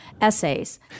essays